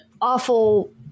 awful